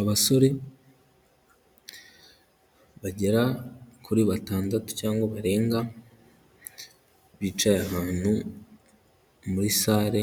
Abasore bagera kuri batandatu cyangwa barenga, bicaye ahantu muri sale